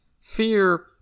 Fear